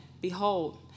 Behold